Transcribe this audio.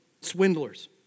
Swindlers